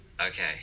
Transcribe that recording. Okay